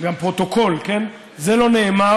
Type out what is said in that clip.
גם פרוטוקול, כן, זה לא נאמר.